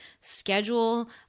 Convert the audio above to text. schedule